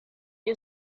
you